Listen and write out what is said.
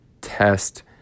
test